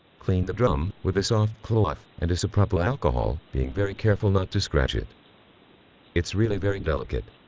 clean the drum with a soft cloth and isopropyll alcohol being very careful not to scratch it it's really very delicate